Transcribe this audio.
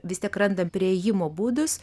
vis tiek randam priėjimo būdus